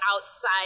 outside